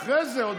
דוד אחרי זה.